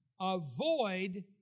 avoid